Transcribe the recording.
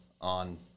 on